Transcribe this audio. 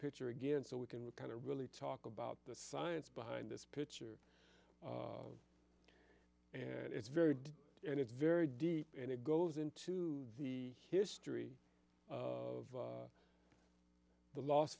picture again so we can kind of really talk about the science behind this picture and it's very deep and it's very deep and it goes into the history of the last